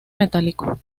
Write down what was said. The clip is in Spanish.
metálico